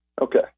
okay